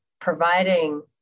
Providing